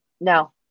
No